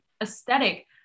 aesthetic